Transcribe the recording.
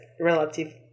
relative